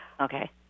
Okay